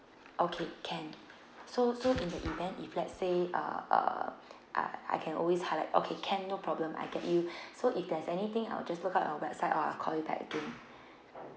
okay can so so in the event if let's say uh uh I I can always highlight okay can no problem I get you so if there's anything I will just look up at your website or I call you back again